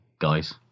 guys